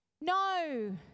No